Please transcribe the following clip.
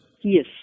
Yes